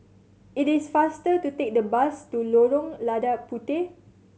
it is faster to take the bus to Lorong Lada Puteh